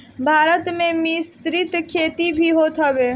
भारत में मिश्रित खेती भी होत हवे